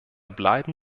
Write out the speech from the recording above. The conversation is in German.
bleiben